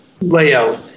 layout